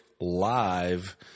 Live